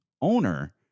owner